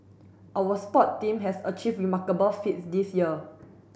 our sport team have achieved remarkable feats this year